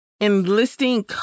enlisting